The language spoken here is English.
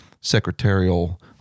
secretarial